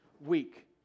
week